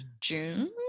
June